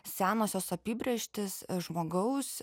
senosios apibrėžtys žmogaus